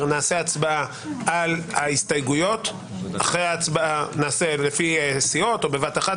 נעשה הצבעה על הסתייגויות לפי סיעות או בבת אחת,